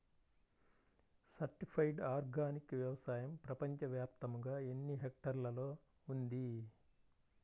Certified organic వ్యవసాయం ప్రపంచ వ్యాప్తముగా ఎన్నిహెక్టర్లలో ఉంది?